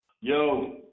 Yo